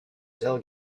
still